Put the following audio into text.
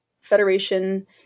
Federation